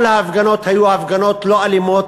כל ההפגנות היו הפגנות לא אלימות,